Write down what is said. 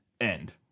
end